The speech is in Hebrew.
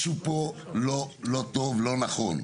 משהו פה לא טוב, לא נכון.